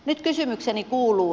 nyt kysymykseni kuuluu